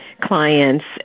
clients